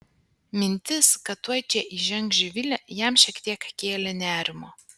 mintis kad tuoj čia įžengs živilė jam šiek tiek kėlė nerimo